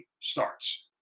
starts